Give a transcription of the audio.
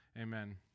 amen